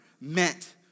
meant